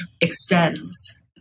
extends